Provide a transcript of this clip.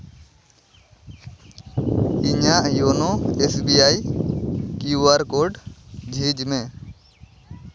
ᱤᱧᱟᱹᱜ YONO SBI QR code ᱡᱷᱤᱡᱽ ᱢᱮ